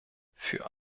für